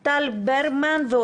ד"ר טל ברגמן, ראש שירותי בריאות הנפש.